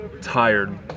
tired